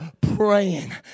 praying